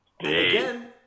Again